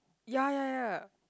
ya ya ya